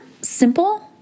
simple